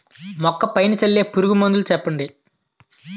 మొక్క పైన చల్లే పురుగు మందులు చెప్పండి?